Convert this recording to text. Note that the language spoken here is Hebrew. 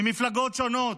ממפלגות שונות,